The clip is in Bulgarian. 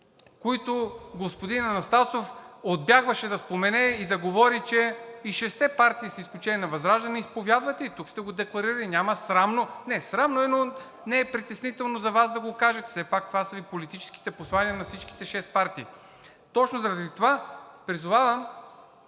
които господин Анастасов отбягваше да спомене и да говори, че и шестте партии, с изключение на ВЪЗРАЖДАНЕ, изповядват, и тук сте го декларирали, няма срамно. Не, срамно е, но не е притеснително за Вас да го кажете, все пак това са Ви политическите послания на всичките шест партии. Точно заради това призовавам,